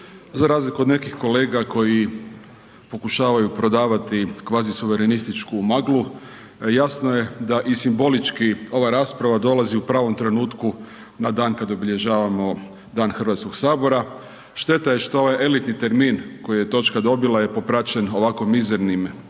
Za razliku od nekih kolega koji pokušavaju prodavati kvazi suverenističku maglu, jasno da i simbolički ova rasprava dolazi u pravom trenutku na dan kada obilježavamo dan Hrvatskog sabora. Šteta je što ovaj elitni termin koji je točka dobila je popraćen ovako mizernim brojem